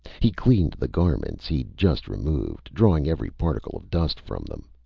he cleaned the garments he'd just removed, drawing every particle of dust from them.